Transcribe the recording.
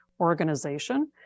organization